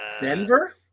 Denver